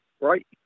right